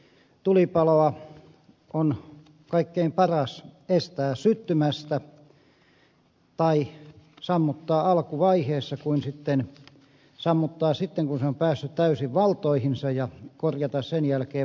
tulipaloa on kaikkein paras estää syttymästä tai sammuttaa se alkuvaiheessa kuin sammuttaa sitten kun se on päässyt täysin valtoihinsa ja korjata sen jälkeen vaurioita